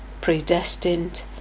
Predestined